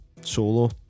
solo